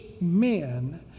men